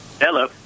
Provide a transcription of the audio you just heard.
Hello